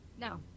No